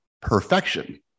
perfection